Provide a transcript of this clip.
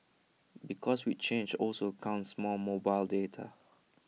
because with change also comes more mobile data